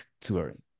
touring